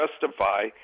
justify